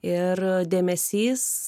ir dėmesys